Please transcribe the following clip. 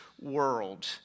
world